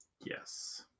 yes